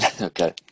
Okay